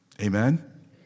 Amen